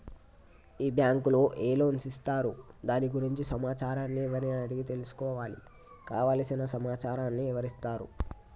ఈ బ్యాంకులో ఏ లోన్స్ ఇస్తారు దాని గురించి సమాచారాన్ని ఎవరిని అడిగి తెలుసుకోవాలి? కావలసిన సమాచారాన్ని ఎవరిస్తారు?